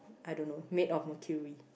I don't know made of mercury